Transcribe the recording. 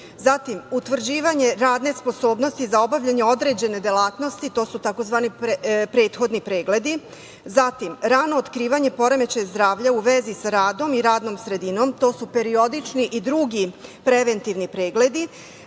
Zatim, utvrđivanje radne sposobnosti za obavljanje određene delatnosti, to su tzv. prethodnih pregledi, zatim rano otkrivanje poremećaja zdravlja u vezi sa radom i radnom sredinom, to su periodični i drugi preventivni pregledi,